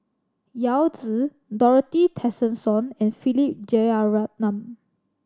Yao Zi Dorothy Tessensohn and Philip Jeyaretnam